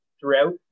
throughout